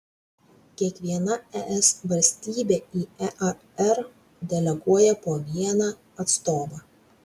kiekviena es valstybė į ear deleguoja po vieną atstovą